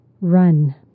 run